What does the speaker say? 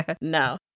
No